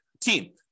Team